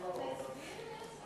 שמתי את האצבע.